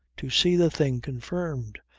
to see the thing confirmed.